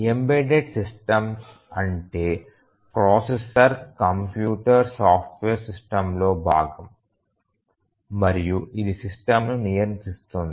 embedded systems అంటే processor computer software సిస్టమ్లో భాగం మరియు ఇది సిస్టమ్ను నియంత్రిస్తుంది